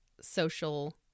social